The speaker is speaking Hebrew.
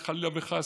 חלילה וחס,